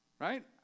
Right